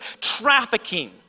trafficking